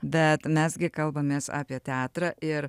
bet mes gi kalbamės apie teatrą ir